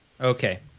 Okay